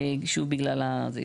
שוב, בגלל הזיהום.